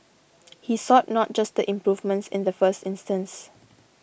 he sought not just the improvements in the first instance